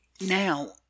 Now